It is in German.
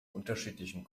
unterschiedlichen